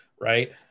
right